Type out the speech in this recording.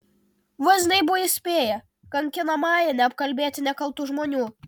vazniai buvo įspėję kankinamąją neapkalbėti nekaltų žmonių